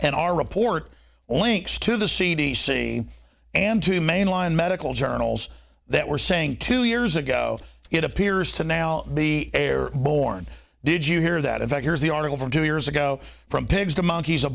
and our report only thinks to the c d c and to mainline medical journals that were saying two years ago it appears to now be air borne did you hear that in fact here is the article from two years ago from pigs to monkeys